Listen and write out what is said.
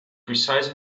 precise